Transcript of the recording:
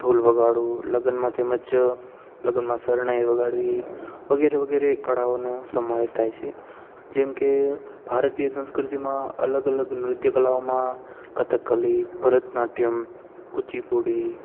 ઢોલ વગાડવો લગનમાં તેમજ લગનમાં શરણાઈ વગાળવી વગેરે વગેરે કળાઓનો સમાવેશ થાય છે જેમકે ભારતીય સંસ્કૃતિમાં અલગ અલગ નૃત્ય કલાઓમાં કથકલી ભરત નાટ્યમ કૂચી પૂળી